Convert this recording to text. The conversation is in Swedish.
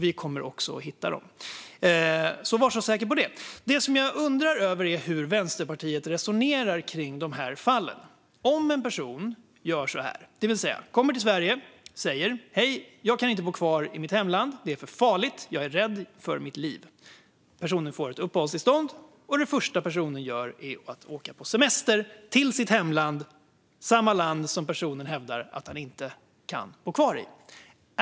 Vi kommer också att hitta dem. Var så säker på det! Jag undrar hur Vänsterpartiet resonerar kring dessa fall. Anta att en person kommer till Sverige och säger: Det är för farligt att bo kvar i mitt hemland; jag är rädd för mitt liv! Sedan får personen uppehållstillstånd, och det första personen gör är att åka på semester till sitt hemland - samma land som personen hävdar att han inte kan bo kvar i.